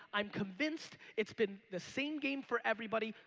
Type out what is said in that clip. i'm convinced it's been the same game for everybody.